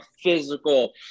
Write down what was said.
physical